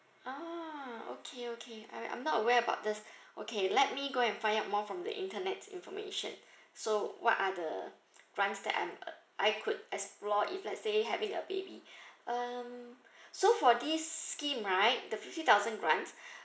ah okay okay I I'm not aware about this okay let me go and find out more from the internet information so what are the grant that I'm uh I could explore if let's say having a baby um so for this scheme right the fifty thousand grant